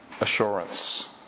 Assurance